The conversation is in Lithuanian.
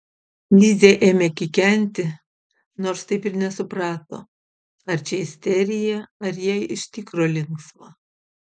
lizė ėmė kikenti nors taip ir nesuprato ar čia isterija ar jai iš tikro linksma